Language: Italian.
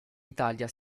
italia